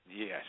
Yes